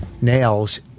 nails